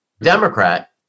Democrat